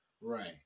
Right